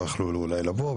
לא יכלו אולי לבוא,